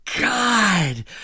god